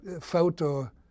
photo